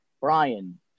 Brian